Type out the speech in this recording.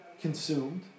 consumed